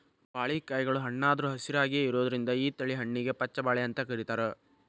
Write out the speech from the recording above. ಬಾಳಿಕಾಯಿಗಳು ಹಣ್ಣಾದ್ರು ಹಸಿರಾಯಾಗಿಯೇ ಇರೋದ್ರಿಂದ ಈ ತಳಿ ಹಣ್ಣಿಗೆ ಪಚ್ಛ ಬಾಳೆ ಅಂತ ಕರೇತಾರ